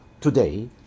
today